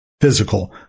physical